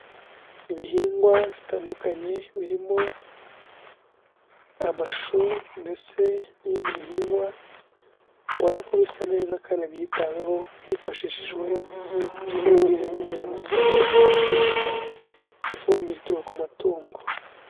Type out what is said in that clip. Ibihingwa bitandukanye birimo amashu ndetse n'ibindi bihingwa, ubona ko bisa neza kandi byitaweho, hifashishijwe ifumbire nyongeramusaruro ndetse n'ifumbire ituruka ku matungo.